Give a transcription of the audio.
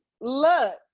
Look